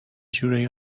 جورایی